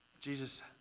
Jesus